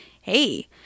hey